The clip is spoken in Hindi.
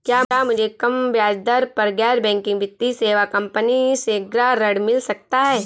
क्या मुझे कम ब्याज दर पर गैर बैंकिंग वित्तीय सेवा कंपनी से गृह ऋण मिल सकता है?